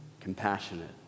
compassionate